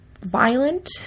violent